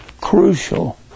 crucial